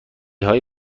های